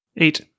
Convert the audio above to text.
eight